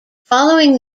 following